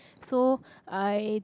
so I